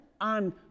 on